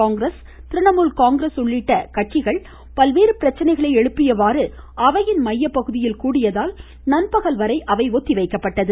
Congress Trinamool Congress உள்ளிட்ட கட்சிகள் பல்வேறு பிரச்சனைகளை எழுப்பியவாறு அவையின் மையப்பகுதியில் கூடியதால் நண்பகல் வரை அவை ஒத்திவைக்கப்பட்டது